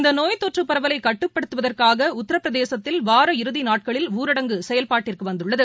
இந்தநோய் தொற்றபரவலைகட்டுப்படுத்துவதற்காகஉத்திரபிரதேசத்தில் வார இறுதிநாட்களில் ஊரடங்கு செயல்பாட்டிற்குவந்துள்ளது